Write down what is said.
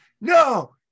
no